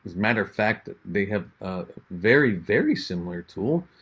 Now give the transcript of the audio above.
matter of fact, they have ah very, very similar tool,